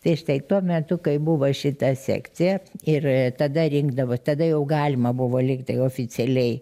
tai štai tuo metu kai buvo šita sekcija ir tada rinkdavo tada jau galima buvo lygtai oficialiai